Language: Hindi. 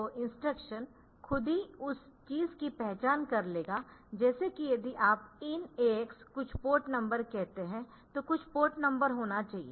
तो इंस्ट्रक्शन खुद ही उस चीज की पहचान कर लेगा जैसे कि यदि आप IN AX कुछ पोर्ट नंबर कहते है तो कुछ पोर्ट नंबर होना चाहिए